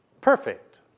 perfect